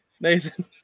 Nathan